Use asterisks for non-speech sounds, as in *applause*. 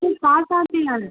सिर्फ पाँच पाँच की *unintelligible*